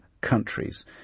countries